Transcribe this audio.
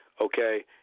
Okay